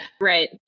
right